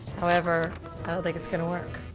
however, i don't think it's gonna work.